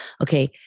okay